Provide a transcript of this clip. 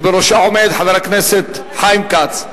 שבראשה עומד חבר הכנסת חיים כץ,